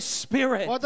spirit